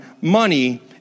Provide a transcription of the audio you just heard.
money